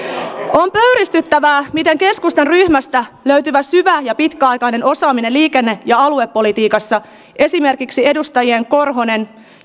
on pöyristyttävää miten keskustan ryhmästä löytyvä syvä ja pitkäaikainen osaaminen liikenne ja aluepolitiikassa esimerkiksi edustajien korhonen